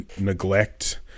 neglect